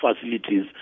facilities